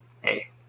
hey